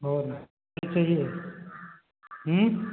और क्या चाहिए ऊँ